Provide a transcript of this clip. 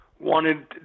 wanted